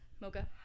mocha